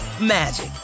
magic